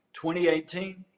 2018